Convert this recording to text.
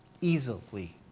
easily